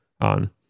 on